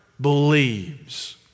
believes